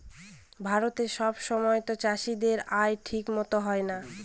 ভারতে সব সময়তো চাষীদের আয় ঠিক মতো হয় না